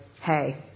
hey